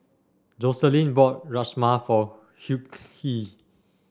Joselin bought Rajma for Hughie